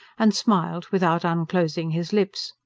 and smiled without unclosing his lips.